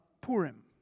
Purim